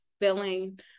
feeling